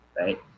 right